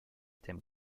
thèmes